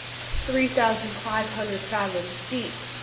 three thousand five hundred fathoms deep,